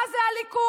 מה זה הליכוד?